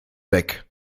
weg